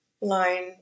line